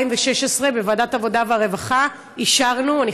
ב-2016 אישרנו בוועדת העבודה והרווחה,